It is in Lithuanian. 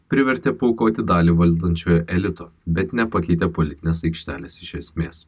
privertė paaukoti dalį valdančiojo elito bet nepakeitė politinės aikštelės iš esmės